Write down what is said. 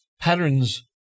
patterns